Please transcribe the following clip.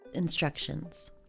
Instructions